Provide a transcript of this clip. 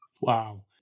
Wow